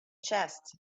chest